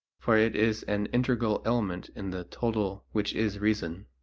for it is an integral element in the total, which is reason.